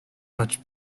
much